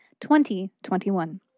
2021